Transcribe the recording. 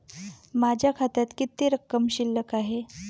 माझ्या खात्यात किती रक्कम शिल्लक आहे?